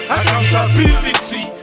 Accountability